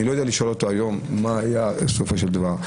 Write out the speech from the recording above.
אני לא יודע לשאול אותו היום מה היה בסופו של דבר.